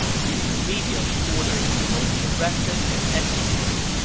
he immediately ordered kong rong be arrested and executed.